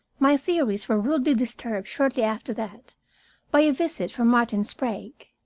my theories were rudely disturbed shortly after that by a visit from martin sprague.